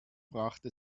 brachte